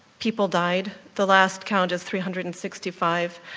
people died. the last count is three hundred and sixty five.